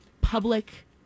public